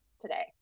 today